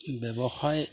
ব্যৱসায়